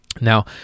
now